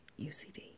UCD